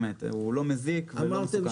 הוא לא מזיק ולא מסוכן.